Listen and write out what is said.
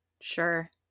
Sure